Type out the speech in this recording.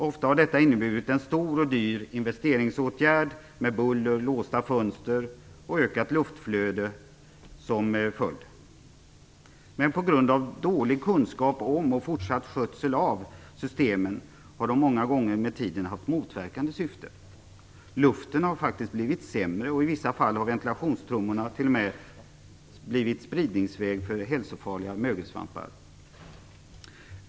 Ofta har detta inneburit en stor och dyr investeringsåtgärd med buller, låsta fönster och ökat luftflöde som följd. Men på grund av dålig kunskap om och fortsatt skötsel av systemen har de många gånger haft motverkande syfte. Luften har faktiskt blivit sämre, och i vissa fall har ventilationstrummorna t.o.m. blivit en spridningsväg för hälsofarliga mögelsvampar.